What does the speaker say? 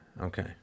Okay